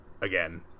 again